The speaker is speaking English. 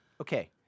Okay